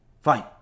fine